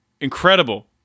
incredible